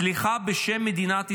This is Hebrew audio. סליחה בשם מדינת ישראל.